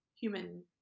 human